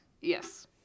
Yes